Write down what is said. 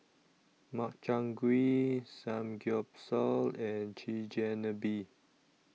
Makchang Gui Samgyeopsal and Chigenabe